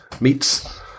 meets